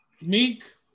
Meek